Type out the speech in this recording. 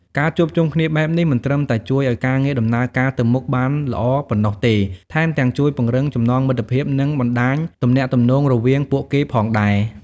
ការជួបជុំគ្នាបែបនេះមិនត្រឹមតែជួយឱ្យការងារដំណើរការទៅមុខបានល្អប៉ុណ្ណោះទេ ថែមទាំងជួយពង្រឹងចំណងមិត្តភាព និងបណ្ដាញទំនាក់ទំនងរវាងពួកគេផងដែរ។